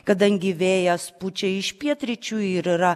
kadangi vėjas pučia iš pietryčių ir yra